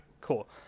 Cool